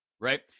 right